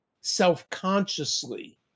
self-consciously